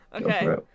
Okay